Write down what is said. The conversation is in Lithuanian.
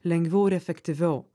lengviau ir efektyviau